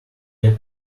get